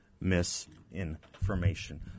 misinformation